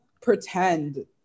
pretend